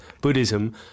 Buddhism